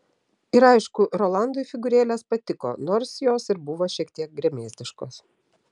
ir aišku rolandui figūrėlės patiko nors jos ir buvo šiek tiek gremėzdiškos